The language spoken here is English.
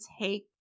take